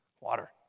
Water